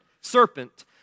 serpent